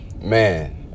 man